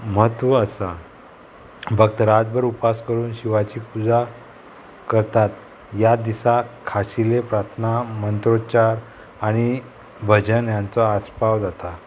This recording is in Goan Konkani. म्हत्व आसा भक्त रातभर उपास करून शिवाची पुजा करतात ह्या दिसा खाशेले प्रार्थना मंत्रोचार आनी भजन ह्यांचो आस्पाव जाता